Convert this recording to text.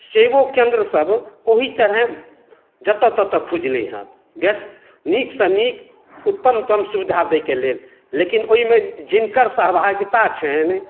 सेवो केन्द्र सब ओही तरहे जतऽ ततऽ खुजलै हँ नीकसंँ नीक उत्तमतम सुविधा दै के लेल लेकिन ओहिमे जिनकर सहभागिता छनि